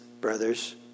brothers